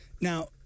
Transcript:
Now